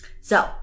So-